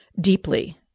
Deeply